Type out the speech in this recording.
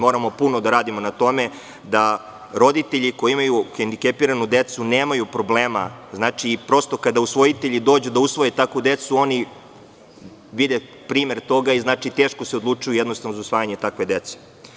Moramo puno da radimo na tome da roditelji koji imaju hendikepiranu decu nemaju problema i kada usvojitelji dođu da usvoje takvu decu, oni vide primer toga i teško se odlučuju za usvajanje takve dece.